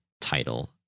title